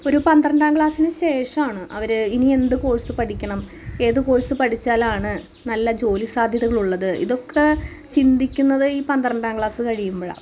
ഒരു പന്ത്രണ്ടാം ക്ലാസ്സിന് ശേഷമാണ് അവര് ഇനി എന്ത് കോഴ്സ്സ് പഠിക്കണം ഏത് കോഴ്സ്സ് പഠിച്ചാലാണ് നല്ല ജോലി സാദ്ധ്യതകളുള്ളത് ഇതൊക്കെ ചിന്തിക്കുന്നത് ഈ പന്ത്രണ്ടാം ക്ലാസ് കഴിയുമ്പോഴാണ്